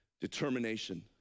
Determination